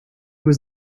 was